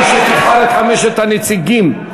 שהיא שתבחר את חמשת הנציגים.